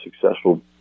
successful